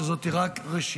שזאת רק ראשיתה